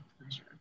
pleasure